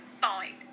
Fine